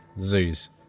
Zoos